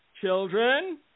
children